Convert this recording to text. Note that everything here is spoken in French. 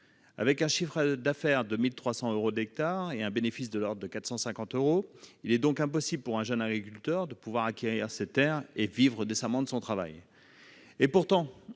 Avec un chiffre d'affaires de 1 300 euros par hectare et un bénéfice de l'ordre de 450 euros par hectare, il est impossible pour un jeune agriculteur d'acquérir ces terres et de vivre décemment de son travail. Pourtant,